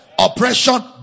Oppression